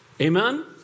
Amen